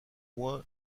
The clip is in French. moins